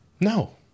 No